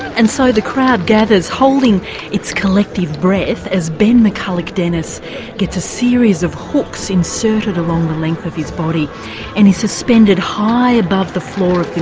and so the crowd gathers, holding its collective breath, as ben mccullagh-dennis gets a series of hooks inserted along the length of his body and he is suspended high above the floor